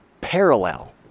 parallel